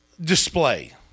display